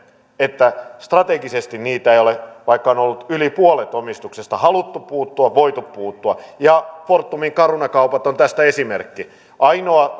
että strategisesti niihin ei ole vaikka on ollut yli puolet omistuksesta haluttu puuttua tai voitu puuttua ja fortumin caruna kaupat on tästä esimerkki ainoa